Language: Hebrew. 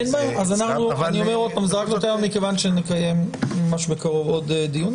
אנחנו נקיים ממש בקרוב עוד דיון.